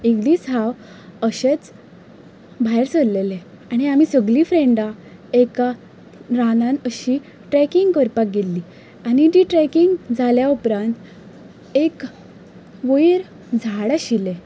एक दीस हांव अशेंच भायर सरलेलें आनी आमी सगळीं फ्रेंडां एका रानांत अशीं ट्रेकींग करपाक गेल्ली आनी ती ट्रेकींग जाले उपरांत एक वयर झाड आशिल्लें